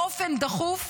באופן דחוף,